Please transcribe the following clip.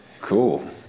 Cool